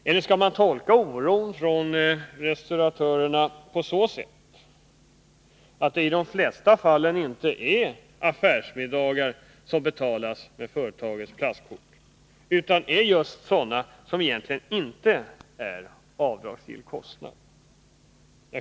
Eller skall man tolka restauratörernas oro på så sätt att det i de flesta fall inte handlar om affärsmiddagar när man betalar med företagets plastkort, utan om sådana måltider som inte berättigar till avdrag för kostnaderna?